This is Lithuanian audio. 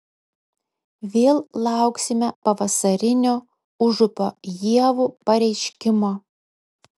vėl lauksime pavasarinio užupio ievų pareiškimo